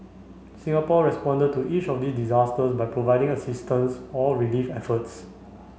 Singapore responded to each of these disasters by providing assistance or relief efforts